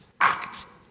act